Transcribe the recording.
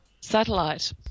satellite